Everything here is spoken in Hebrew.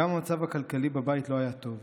גם המצב הכלכלי בבית לא היה טוב.